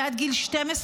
עד גיל 12,